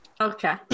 Okay